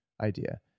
idea